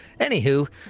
Anywho